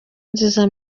nziza